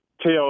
tell